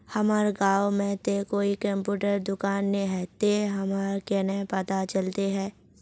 हमर गाँव में ते कोई कंप्यूटर दुकान ने है ते हमरा केना पता चलते है?